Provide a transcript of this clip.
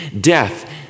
death